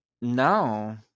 no